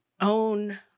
own